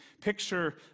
picture